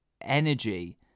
energy